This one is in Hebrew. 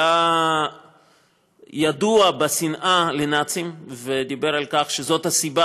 הוא היה ידוע בשנאה לנאצים ודיבר על כך שזאת הסיבה